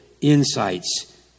insights